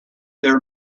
their